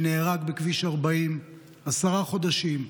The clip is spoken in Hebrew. שנהרג בכביש 40. עשרה חודשים.